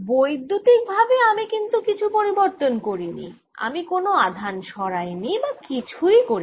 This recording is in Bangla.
বৈদ্যুতিকভাবে আমি কিন্তু কিছু পরিবর্তন করিনি আমি কোন আধান সরাইনি বা কিছহুই করিনি